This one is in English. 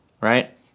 right